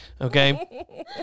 Okay